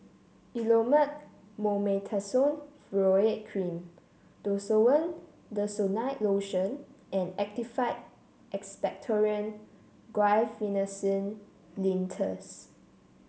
Elomet Mometasone Furoate Cream Desowen Desonide Lotion and Actified Expectorant Guaiphenesin Linctus